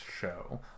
show